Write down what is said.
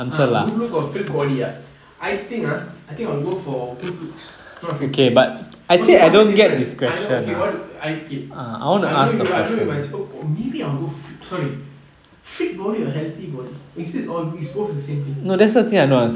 ah good look or fit body ah I think ah I think I will go for good looks not fit body okay what's the difference I know what okay I know you I go maybe I will go for sorry fit body healthy body is it or is both the same thing